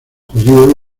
judíos